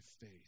faith